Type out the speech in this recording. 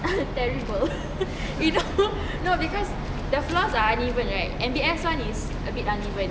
terrible you know no because the floor are uneven right M_B_S one is a bit uneven